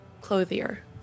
clothier